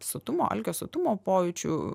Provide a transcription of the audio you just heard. sotumo alkio sotumo pojūčių